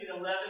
11